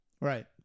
Right